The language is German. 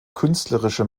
künstlerische